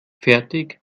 fertig